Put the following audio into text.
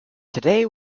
today